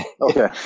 okay